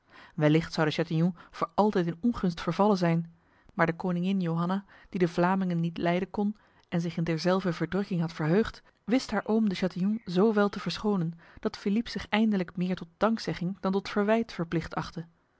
wellicht zou de chatillon voor altijd in ongunst vervallen zijn maar de koningin johanna die de vlamingen niet lijden kon en zich in derzelver verdrukking had verheugd wist haar oom de chatillon zo wel te verschonen dat philippe zich eindelijk meer tot dankzegging dan tot verwijt verplicht achtte